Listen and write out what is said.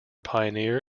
pioneer